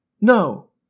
No